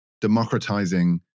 democratizing